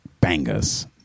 bangers